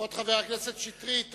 כבוד חבר הכנסת שטרית,